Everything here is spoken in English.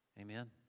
Amen